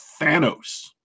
Thanos